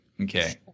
Okay